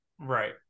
right